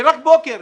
ורק בוקר.